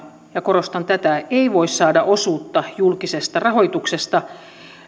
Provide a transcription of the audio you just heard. ja korostan tätä ei voi saada osuutta julkisesta rahoituksesta